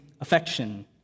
affection